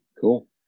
cool